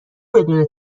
بدون